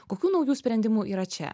kokių naujų sprendimų yra čia